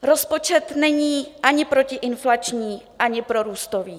Rozpočet není ani protiinflační, ani prorůstový.